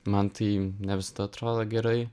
man tai ne visada atrodo gerai